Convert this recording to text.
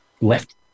left